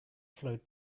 flowed